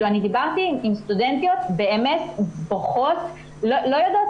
דיברתי עם סטודנטיות שבאמת לא יודעות